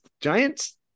Giants